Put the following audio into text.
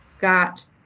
got